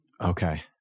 Okay